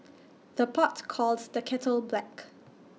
the pot calls the kettle black